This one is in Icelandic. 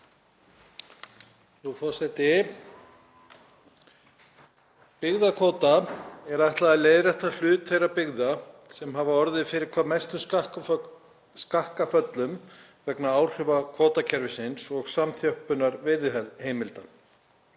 Frú forseti. Byggðakvóta er ætlað að leiðrétta hlut þeirra byggða sem hafa orðið fyrir hvað mestum skakkaföllum vegna áhrifa kvótakerfisins og samþjöppunar veiðiheimilda.